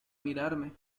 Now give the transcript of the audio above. mirarme